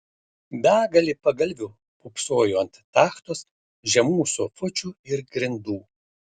begalė pagalvių pūpsojo ant tachtos žemų sofučių ir grindų